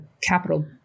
capital